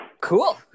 cool